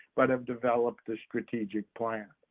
but have developed the strategic plan.